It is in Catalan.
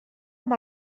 amb